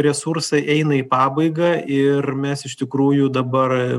resursai eina į pabaigą ir mes iš tikrųjų dabar